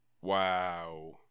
Wow